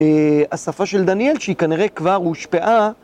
השפה של דניאל, שהיא כנראה כבר הושפעה